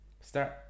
start